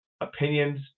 opinions